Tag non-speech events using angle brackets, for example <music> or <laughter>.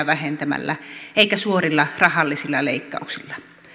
<unintelligible> vähentämällä eikä suorilla rahallisilla leikkauksilla